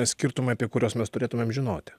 skirtumai apie kuriuos mes turėtumėm žinoti